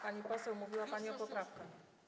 Pani poseł, mówiła pani o poprawkach.